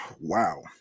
Wow